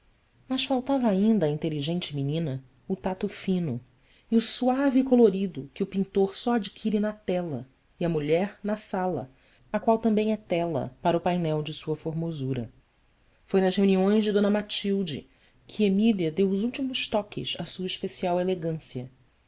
mas faltava ainda à inteligente menina o tato fino e o suave colorido que o pintor só adquire na tela e a mulher na sala a qual também é tela para o painel de sua formosura foi nas reuniões de d matilde que emília deu os últimos toques à sua especial elegância